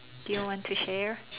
do you want to share